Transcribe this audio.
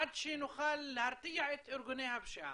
עד שנוכל להרתיע את ארגוני הפשיעה,